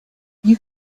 you